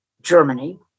Germany